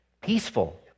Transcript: peaceful